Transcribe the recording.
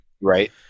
Right